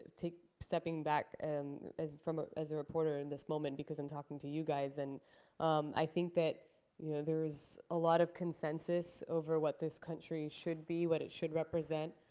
take stepping back and as from as a reporter in this moment, because i'm talking to you guys, and i think that you know there is a lot of consensus over what this country should be, what it should represent,